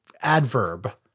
adverb